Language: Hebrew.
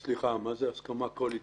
סליחה, מה זה "הסכמה קואליציונית"?